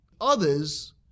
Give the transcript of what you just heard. others